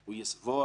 שהוא יהיה סבור